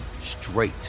straight